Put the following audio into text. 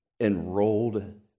enrolled